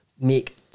make